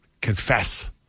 Confess